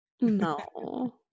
No